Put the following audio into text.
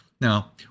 Now